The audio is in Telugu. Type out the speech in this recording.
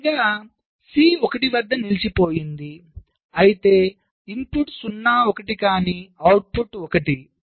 చివరగా C 1 వద్ద నిలిచిపోయింది అయితే ఇన్పుట్ 0 1 కానీ అవుట్పుట్ 1